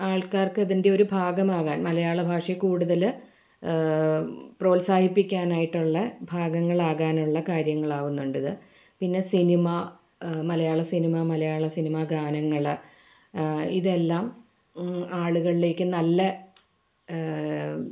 ആൾക്കാർക്ക് ഇതിൻ്റെ ഒരു ഭാഗമാകാൻ മലയാളഭാഷയെ കൂടുതല് പ്രോത്സാഹിപ്പിക്കാനായിട്ടുള്ള ഭാഗങ്ങളാകാനുള്ള കാര്യങ്ങളാവുന്നിണ്ടിത് പിന്നെ സിനിമ മലയാളസിനിമ മലയാളസിനിമ ഗാനങ്ങള് ഇതെല്ലാം ആളുകളിലേക്ക് നല്ല